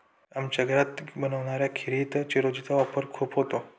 आमच्या घरात बनणाऱ्या खिरीत चिरौंजी चा वापर खूप होतो